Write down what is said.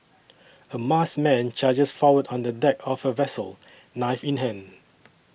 a masked man charges forward on the deck of a vessel knife in hand